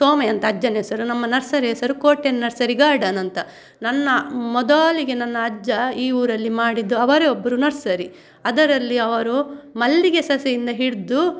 ಸೋಮಯ್ಯ ಅಂತ ಅಜ್ಜನ ಹೆಸರು ನಮ್ಮ ನರ್ಸರಿ ಹೆಸರು ಕೋಟ್ಯಾನ್ ನರ್ಸರಿ ಗಾರ್ಡನ್ ಅಂತ ನನ್ನ ಮೊದಲಿಗೆ ನನ್ನ ಅಜ್ಜ ಈ ಊರಲ್ಲಿ ಮಾಡಿದ್ದು ಅವರೆ ಒಬ್ಬರು ನರ್ಸರಿ ಅದರಲ್ಲಿ ಅವರು ಮಲ್ಲಿಗೆ ಸಸಿಯಿಂದ ಹಿಡಿದು